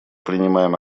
принимаем